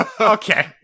okay